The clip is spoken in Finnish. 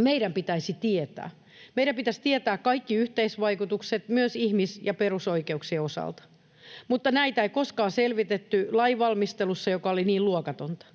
Meidän pitäisi tietää, meidän pitäisi tietää kaikki yhteisvaikutukset myös ihmis- ja perusoikeuksien osalta, mutta näitä ei koskaan selvitetty lainvalmistelussa, joka oli niin luokatonta.